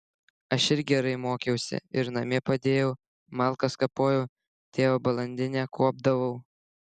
aš ir gerai mokiausi ir namie padėjau malkas kapojau tėvo balandinę kuopdavau